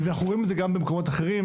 אנחנו רואים את זה גם במקומות אחרים,